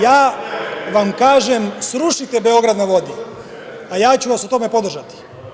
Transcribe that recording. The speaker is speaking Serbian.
Ja vam kažem – srušite „Beograd na vodi“, a ja ću vas u tome podržati.